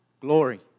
glory